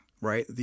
right